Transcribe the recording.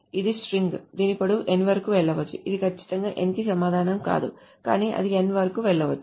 ఇది స్ట్రింగ్ దీని పొడవు n వరకు వెళ్ళవచ్చు ఇది ఖచ్చితంగా n కి సమానం కాదు కానీ అది n వరకు వెళ్ళవచ్చు